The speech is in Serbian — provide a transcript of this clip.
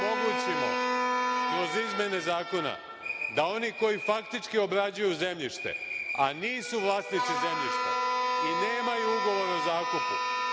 omogućimo kroz izmene zakona da oni koji faktički obrađuju zemljište, a nisu vlasnici zemljišta i nemaju ugovor o zakupu,